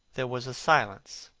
there was a silence.